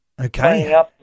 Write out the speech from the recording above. Okay